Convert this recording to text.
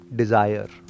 desire